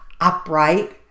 upright